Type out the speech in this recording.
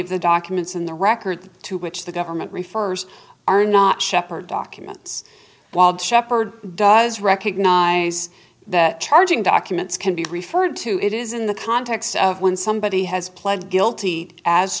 of the documents in the record to which the government refers are not shepherd documents while shepard does recognize that charging documents can be referred to it is in the context of when somebody has pled guilty as